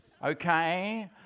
Okay